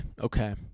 okay